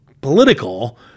political